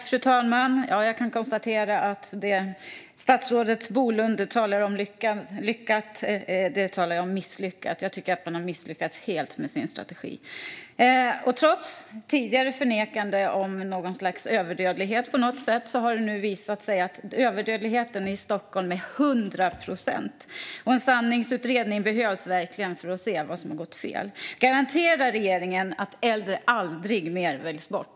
Fru talman! Det statsrådet Bolund talar om som lyckat talar jag om som misslyckat. Jag tycker att man har misslyckats helt med sin strategi. Trots tidigare förnekande av att det funnits något slags överdödlighet har det nu visat sig att överdödligheten i Stockholm är 100 procent. En sanningsutredning behövs verkligen för att se vad som har gått fel. Garanterar regeringen att äldre aldrig mer väljs bort?